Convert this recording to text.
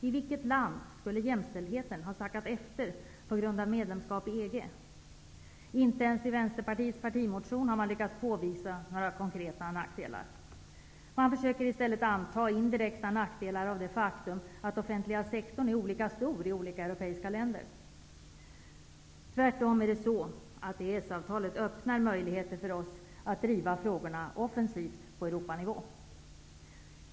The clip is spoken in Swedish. I vilket land skulle jämställdheten ha sackat efter på grund av medlemskap i EG. Inte ens i Vänsterpartiets partimotion har man lyckats påvisa några konkreta nackdelar. Man försöker i stället anta indirekta nackdelar därför att den offentliga sektorn är olika stor i de olika europeiska länderna. Tvärtom är det så, att EES-avtalet öppnar möjligheter för oss att driva frågorna offensivt på Europanivå.